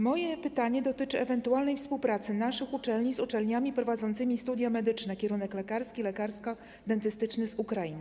Moje pytanie dotyczy ewentualnej współpracy naszych uczelni z uczelniami prowadzącymi studia medyczne, kierunek lekarski, lekarsko-dentystyczny, z Ukrainy.